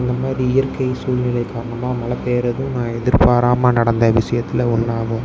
அந்த மாதிரி இயற்கை சூழ்நிலை காரணமாக மழை பேயரது நான் எதிர்பாராமல் நடந்த விஷயத்துல ஒன்றாகும்